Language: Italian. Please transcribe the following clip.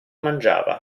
mangiava